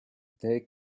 they